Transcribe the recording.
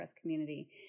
community